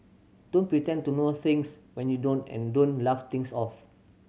don't pretend to know things when you don't and don't laugh things off